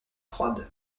froide